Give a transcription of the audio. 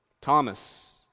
Thomas